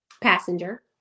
Passenger